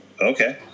okay